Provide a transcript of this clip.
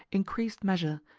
increased measure,